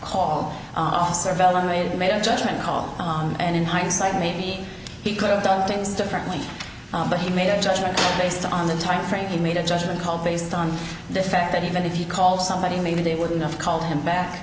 had made a judgement call on and in hindsight maybe he could have done things differently but he made a judgement based on the time frame he made a judgment call based on the fact that even if he called somebody maybe they wouldn't have called him back